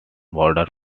border